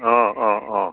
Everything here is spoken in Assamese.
অঁ অঁ অঁ